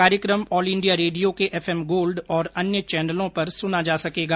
कार्यक्रम All India Radio के F M Gold और अन्य चैनलों पर सुना जा सकेगा